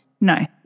No